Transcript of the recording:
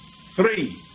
Three